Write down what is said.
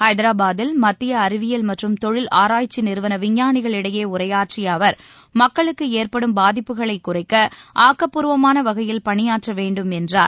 ஹைதராபாத்தில் மத்திய அறிவியல் மற்றும் தொழில் ஆராய்ச்சி நிறுவன விஞ்ஞானிகளிடையே உரையாற்றிய அவர் மக்களுக்கு ஏற்படும் பாதிப்புகளைக் குறைக்க ஆக்கப்பூர்வமான வகையில் பணியாற்ற வேண்டும் என்றார்